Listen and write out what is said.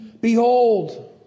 behold